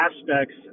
aspects